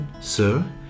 sir